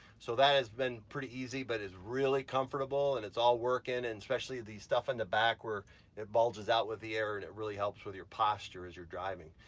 so that has been pretty easy but it's really comfortable and it's all working. and especially the stuff in the back where it bulges out with the air and it really helps with your posture as you're driving.